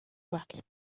racket